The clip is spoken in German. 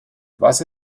was